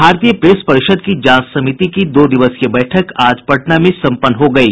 भारतीय प्रेस परिषद की जांच समिति की दो दिवसीय बैठक आज पटना में सम्पन्न हो गयी